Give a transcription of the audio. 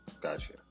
gotcha